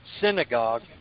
synagogue